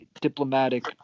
diplomatic